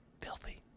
Filthy